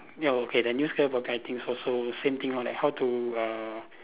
ya okay the new skill for guy things also same thing lor like how to err